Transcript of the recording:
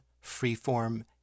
free-form